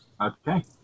Okay